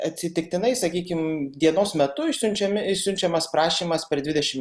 atsitiktinai sakykim dienos metu išsiunčiami išsiunčiamas prašymas per dvidešimt